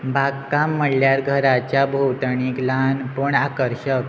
बागकाम म्हणल्यार घराच्या भोंवतणीक ल्हान पण आकर्शक